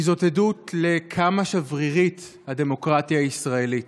כי זאת עדות לכמה שברירית הדמוקרטיה הישראלית.